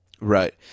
Right